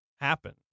happen